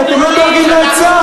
כי אתם לא דואגים להיצע,